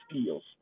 skills